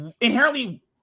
inherently